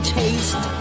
taste